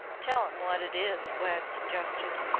tell im wot it is, glad suggested.